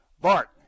Bart